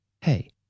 Hey